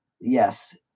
Yes